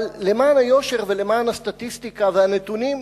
אבל למען היושר ולמען הסטטיסטיקה והנתונים,